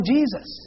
Jesus